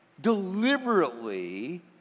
deliberately